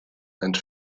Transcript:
and